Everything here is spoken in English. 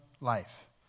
life